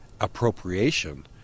appropriation